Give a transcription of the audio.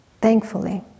thankfully